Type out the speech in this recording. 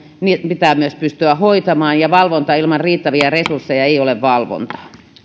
ne pitää myös pystyä hoitamaan ja valvonta ilman riittäviä resursseja ei ole valvontaa